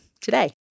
today